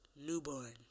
newborn